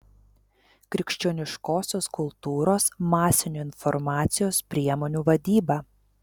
krikščioniškosios kultūros masinių informacijos priemonių vadyba